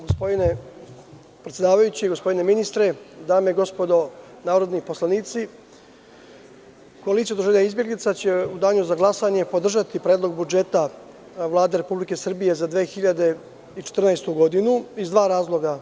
Gospodine predsedavajući, gospodine ministre, dame i gospodo narodni poslanici, koalicija Udruženja izbeglica će u danu za glasanje podržati Predlog budžeta Vlade Republike Srbije za 2014. godinu iz dva razloga.